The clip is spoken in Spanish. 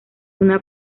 una